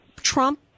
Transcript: Trump